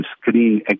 screen